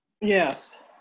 Yes